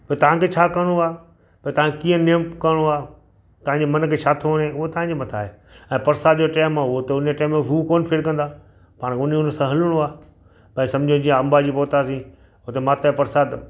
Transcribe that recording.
त तव्हांखे छा करिणो आहे त तव्हांखे कीअं नियम करिणो आहे तव्हांजे मन खे छा थो वणे उहो तव्हांजे मथां आहे ऐं परसाद जो टेम हुओ त हुन टेम में हू कोन फिरकना पाणि हुन हुन सां हलिणो आहे भई समुझो जीअं अंबाजी पहुतासींं हुते माता जो परसाद